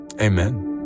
amen